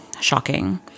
Shocking